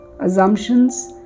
Assumptions